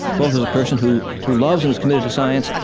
both as a person who who loves and is committed to science,